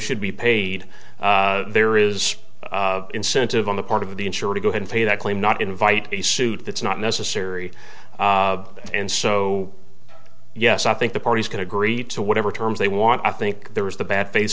should be paid there is incentive on the part of the insurer to go ahead and pay that claim not invite a suit that's not necessary and so yes i think the parties can agree to whatever terms they want i think there is the bat